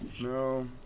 No